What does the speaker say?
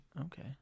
Okay